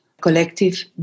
collective